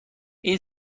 این